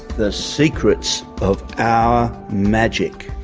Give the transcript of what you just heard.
the secrets of our magic,